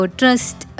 trust